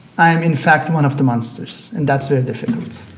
i am, in fact, one of the monsters and that's very difficult.